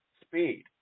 speed